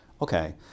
Okay